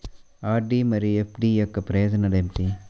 RD మరియు FD యొక్క ప్రయోజనాలు ఏమిటి?